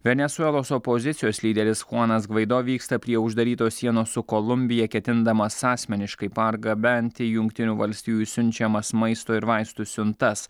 venesuelos opozicijos lyderis chuanas gvaido vyksta prie uždarytos sienos su kolumbija ketindamas asmeniškai pargabenti jungtinių valstijų siunčiamas maisto ir vaistų siuntas